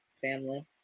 family